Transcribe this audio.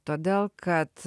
todėl kad